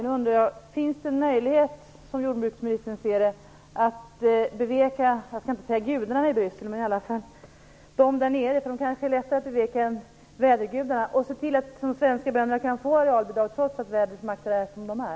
Jag undrar nu: Finns det som jordbruksministern ser det en möjlighet att beveka - jag skall inte kalla dem gudarna i Bryssel men i alla fall dem där nere? De kanske är lättare att beveka än vädergudarna. Kan man alltså se till att de svenska bönderna får arealbidrag trots att vädrets makter är som de är?